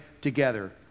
together